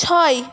ছয়